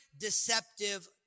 deceptive